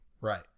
Right